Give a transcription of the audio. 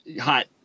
hot